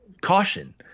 caution